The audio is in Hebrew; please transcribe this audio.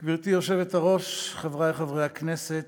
גברתי היושבת-ראש, חברי חברי הכנסת,